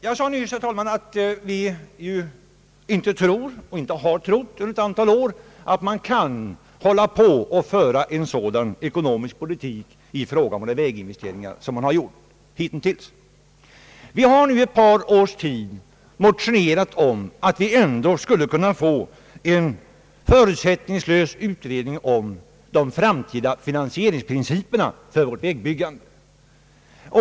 Jag sade nyss, herr talman, att vi inte tror — och under ett antal år inte har trott — att man kan hålla på med att föra en sådan ekonomisk politik i fråga om våra väginvesteringar som man har fört hittills. Vi har nu ett par år motionerat om att vi ändå skulle kunna få en förutsättningslös utredning om de framtida finansieringsprinciperna för vårt vägbyggande.